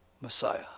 Messiah